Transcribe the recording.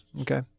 okay